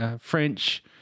French